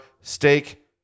steak